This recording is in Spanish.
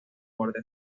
borde